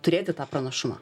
turėti tą pranašumą